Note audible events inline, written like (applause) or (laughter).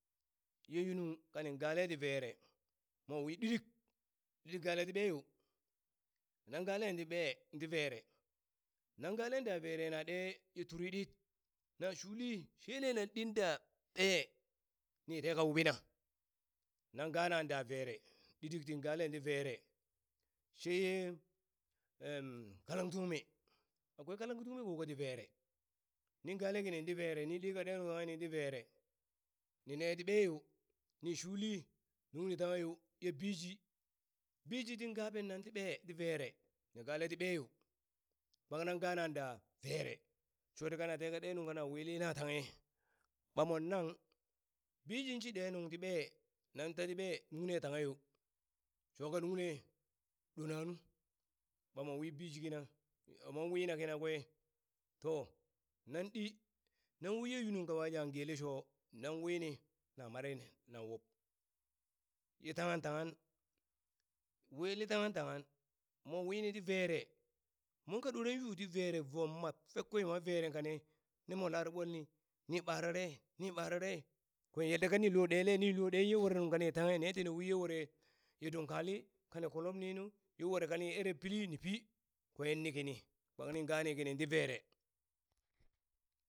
Ye yunung kaning gale ti vere mowi ɗiɗik ɗiɗik gale ti ɓee yo, nan galen ti ɓee ti vere, nan galen da vere na ɗe yu turi dit na shuli shene nan ɗin da ɓe ni teka wuɓina nan ganan da vere ɗiɗik tin galen ti vere sheye (hesitation) kalang tungne akwai kalang tungne ko kati vere nin gale kini ti vere nin ɗil ɗe nuŋ tanghe ti vere nine ti ɓe yo ni shuli nungni tanghe yo, ye bishi, bishi tin ga pennan ti ɓee ti vere na gale ti ɓeyo kpak nan gana da vere, shoti kana teka de nunka na wili na tanghe, ɓa mon nang bishi shi ɗe nuŋ ti ɓee nan tati ɓee nungne tanghe yo shoka nungne ɗo nanu, ɓa mon wi bishi kina mon wina kina kwe to nan ɗi nan wi yunung ka wa ja gele sho, nan wini na mare na wub, ye tanghal tanghal, wele tanghal tanghal mon wini ti vere, monka ɗore yu ti vere vom mat fek kwe nwa vere ka ne nemo lare ɓolni ni ɓarare ni ɓarare kwen yanda kanin lo ɗele nin lo ɗe ye were nuŋ kani tanghe, ne tini wiye were ye dunkwali kani kolomninu ye were kani ere pili ni pi, kwen nikini kpak nin gani kining ti vere. (noise)